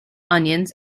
onions